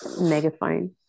megaphone